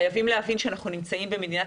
חייבים להבין שאנחנו נמצאים במדינת